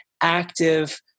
active